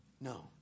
No